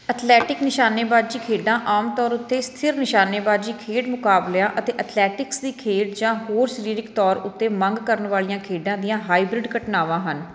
athletic ਨਿਸ਼ਾਨੇਬਾਜ਼ੀ ਖੇਡਾਂ ਆਮ ਤੌਰ ਉੱਤੇ ਸਥਿਰ ਨਿਸ਼ਾਨੇਬਾਜ਼ੀ ਖੇਡ ਮੁਕਾਬਲਿਆਂ ਅਤੇ ਅਥਲੈਟਿਕਸ ਦੀ ਖੇਡ ਜਾਂ ਹੋਰ ਸਰੀਰਕ ਤੌਰ ਉੱਤੇ ਮੰਗ ਕਰਨ ਵਾਲੀਆਂ ਖੇਡਾਂ ਦੀਆਂ ਹਾਈਬ੍ਰਿਡ ਘਟਨਾਵਾਂ ਹਨ